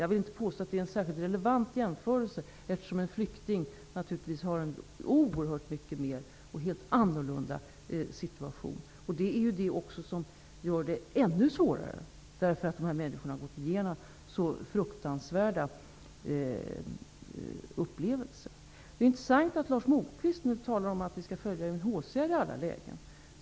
Jag vill inte påstå att det är en särskilt relevant jämförelse eftersom en flykting har en helt annorlunda situation. Detta gör det ju ännu svårare. De här människorna har gått igenom fruktansvärda upplevelser. Det är intressant att Lars Moquist nu talar om att vi skall följa UNHCR i alla lägen.